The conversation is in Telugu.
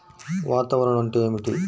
వాతావరణం అంటే ఏమిటి?